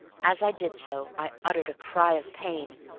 as i did so i uttered a cry of pain,